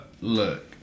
look